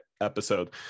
episode